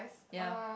ya